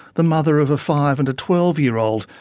the mother of a five and a twelve year old,